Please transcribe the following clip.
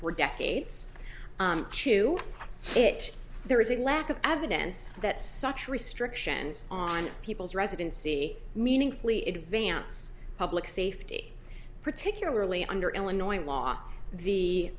for decades to it there is a lack of evidence that such restrictions on people's residency meaningfully advance public safety particularly under illinois law the